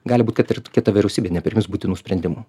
gali būti kad ir kita vyriausybė nepriims būtinų sprendimų